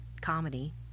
comedy